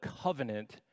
covenant